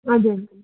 हजुर